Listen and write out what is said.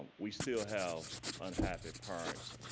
we still have unhappy parents,